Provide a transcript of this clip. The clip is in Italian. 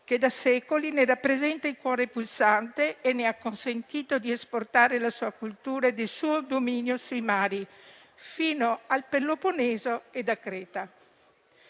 che da secoli ne rappresenta il cuore pulsante e le ha consentito di esportare la sua cultura e il suo dominio sui mari fino al Peloponneso e a Creta.